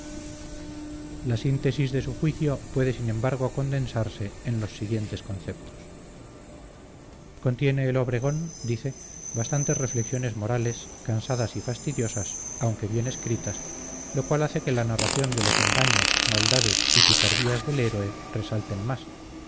la síntesis de su juicio puede sin embargo condensarse en los siguientes conceptos contiene el obregón dice bastantes reflexiones morales cansadas y fastidiosas aunque bien escritas lo cual hace que la narración de los engaños maldades y picardías del héroe resalte más